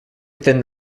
within